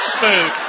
food